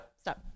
Stop